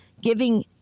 giving